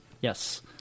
Yes